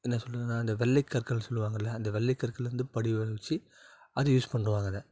என்ன சொல்கிறதுனா இந்த வெள்ளைக்கற்கள்னு சொல்வாங்கள அந்த வெள்ளைக்கற்கள்லேருந்து படிய வெச்சி அதை யூஸ் பண்ணுவாங்க அதை